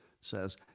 says